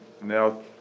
now